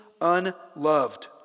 unloved